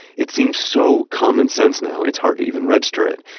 it seems so common sense now it's hard to even register it,